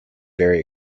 very